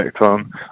on